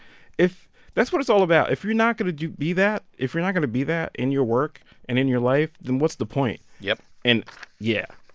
if that's what it's all about. if you're not going to do be that if you're not going to be that in your work and in your life, then what's the point? yep and yeah.